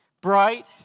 bright